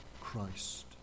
Christ